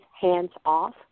hands-off